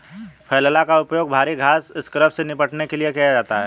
flail का उपयोग भारी घास स्क्रब से निपटने के लिए किया जाता है